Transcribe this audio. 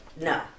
no